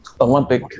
Olympic